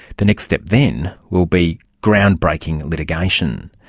the next step then will be groundbreaking litigation.